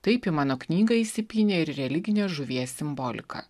taip į mano knygą įsipynė ir religinė žuvies simbolika